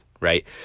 right